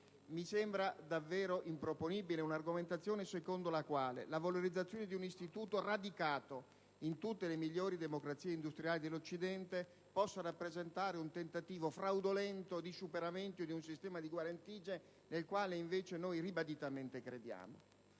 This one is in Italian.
Mi sembra davvero improponibile un'argomentazione secondo la quale la valorizzazione di un istituto radicato in tutte le migliori democrazie industriali dell'Occidente possa rappresentare un tentativo fraudolento di superamento di un sistema di guarentigie nel quale invece ribaditamente crediamo.